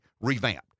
revamped